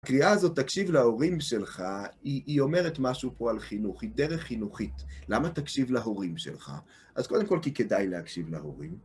הקריאה הזאת, תקשיב להורים שלך, היא אומרת משהו פה על חינוך, היא דרך חינוכית. למה תקשיב להורים שלך? אז קודם כל כי כדאי להקשיב להורים.